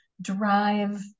drive